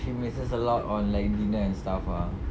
she misses a lot on like dinner and stuff ah